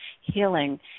healing